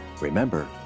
Remember